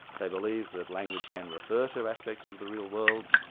they believe that language can refer to aspects of the real world,